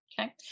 Okay